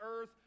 earth